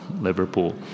Liverpool